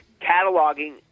cataloging